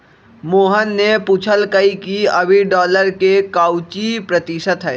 मोहित ने पूछल कई कि अभी डॉलर के काउची प्रतिशत है?